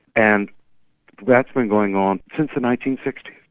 and that's been going on since the nineteen sixty